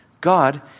God